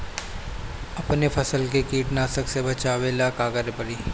अपने फसल के कीटनाशको से बचावेला का करे परी?